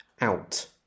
out